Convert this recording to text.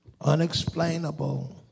unexplainable